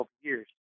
years